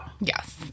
Yes